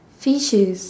fishes